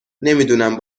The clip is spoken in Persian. نمیدونم